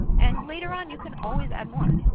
and later on you can always add more.